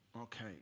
okay